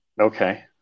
Okay